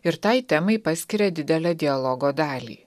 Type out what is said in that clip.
ir tai temai paskiria didelę dialogo dalį